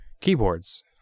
keyboards